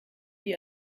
die